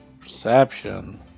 Perception